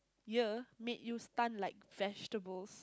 year made you stun like vegetables